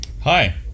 Hi